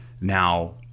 now